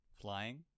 flying